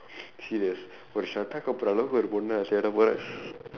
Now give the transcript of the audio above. serious ஒரு:oru shraddha kapoor அளவுக்கு ஒரு பொண்ணா தேடப்போறே:alavukku oru ponnaa theedappooree